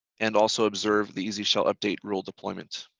and also observe the easy shell update rule deployment.